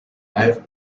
have